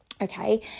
okay